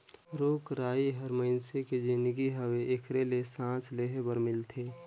रुख राई हर मइनसे के जीनगी हवे एखरे ले सांस लेहे बर मिलथे